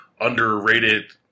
underrated